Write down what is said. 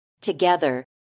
Together